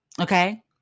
Okay